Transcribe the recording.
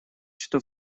что